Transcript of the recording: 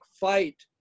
fight